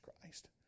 Christ